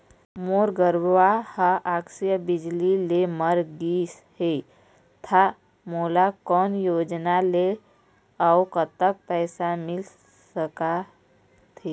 मोर गरवा हा आकसीय बिजली ले मर गिस हे था मोला कोन योजना ले अऊ कतक पैसा मिल सका थे?